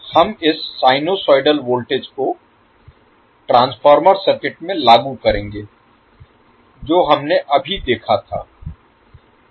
हम इस sinusoidal voltage को ट्रांसफार्मर सर्किट में लागू करेंगे जो हमने अभी देखा था